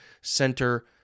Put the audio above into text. center